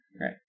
Right